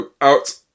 Out